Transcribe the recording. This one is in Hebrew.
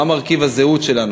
מה מרכיב הזהות שלנו.